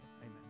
amen